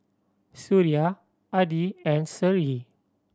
Suria Adi and Seri